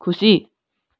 खुसी